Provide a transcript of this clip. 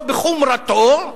לא בחומרתו,